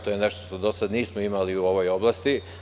To je nešto što do sada nismo imali u ovoj oblasti.